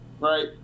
right